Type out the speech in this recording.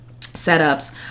setups